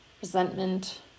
resentment